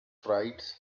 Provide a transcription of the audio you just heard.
flights